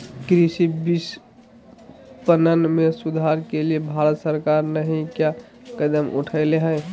कृषि विपणन में सुधार के लिए भारत सरकार नहीं क्या कदम उठैले हैय?